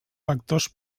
factors